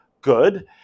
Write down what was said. good